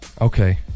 okay